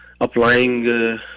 Applying